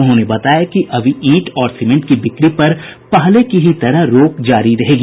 उन्होंने बताया कि अभी ईंट और सीमेंट की बिक्री पर पहले की तरह रोक जारी रहेगी